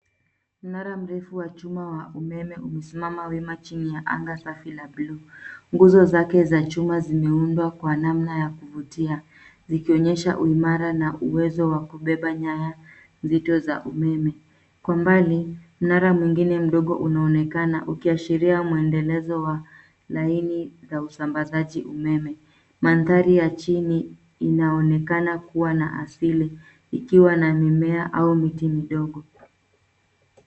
Mnara mrefu wa chuma wa umeme umesimama wima chini ya anga safi la buluu. Nguzo zake za chuma zimeundwa kwa namna ya kuvutia likionyesha uimara na uwezo wa kubeba nyaya zito za umeme. Kwa mbali mnara mwingine mdogo unaonekana ukiashiria mwendelezo wa laini za usambazaji umeme. Mandhari ya chini inaonekana kuwa na asili, ikiwa na mimea au miti midogo.